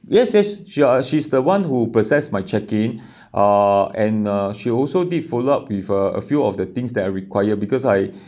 yes yes she uh she's the one who process my check-in uh and uh she also did follow up with a a few of the things that I required because I